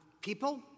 people